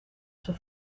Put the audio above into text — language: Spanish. sus